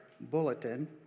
bulletin